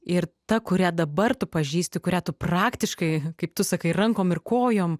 ir ta kurią dabar tu pažįsti kurią tu praktiškai kaip tu sakai rankom ir kojom